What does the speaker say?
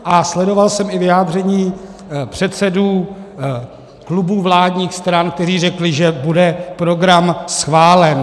A sledoval jsem i vyjádření předsedů klubů vládních stran, kteří řekli, že bude program schválen.